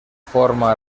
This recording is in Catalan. forma